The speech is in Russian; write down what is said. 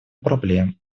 проблем